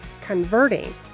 converting